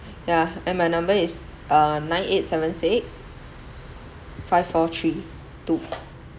yeah and my number is uh nine eight seven six five four three two